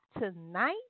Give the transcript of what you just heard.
tonight